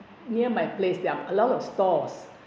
near my place there a lot of stores